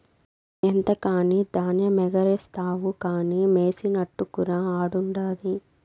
ఎంతకని ధాన్యమెగారేస్తావు కానీ మెసినట్టుకురా ఆడుండాది